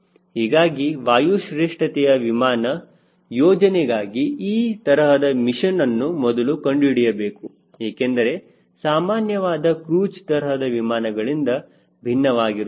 ಹೀಗಾಗಿ ವಾಯು ಶ್ರೇಷ್ಠತೆಯ ವಿಮಾನ ಯೋಜನೆಗಾಗಿ ಈ ತರಹದ ಮಿಷನ್ ಅನ್ನು ಮೊದಲು ಕಂಡುಹಿಡಿಯಬೇಕು ಏಕೆಂದರೆ ಸಾಮಾನ್ಯವಾದ ಕ್ರೂಜ್ ತರಹದ ವಿಮಾನಗಳಿಂದ ಭಿನ್ನವಾಗಿರುತ್ತವೆ